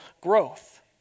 growth